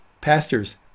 pastors